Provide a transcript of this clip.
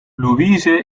louise